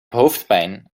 hoofdpijn